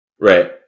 Right